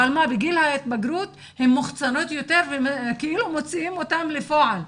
בגיל ההתבגרות הן מוחצנות יותר וכאילו מוציאים אותם לפועל,